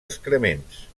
excrements